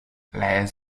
les